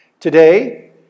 Today